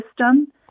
system